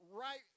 right